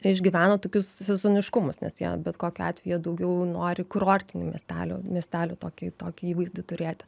išgyvena tokius sezoniškumus nes jie bet kokiu atveju jie daugiau nori kurortinių miestelių miestelių tokį tokį įvaizdį turėti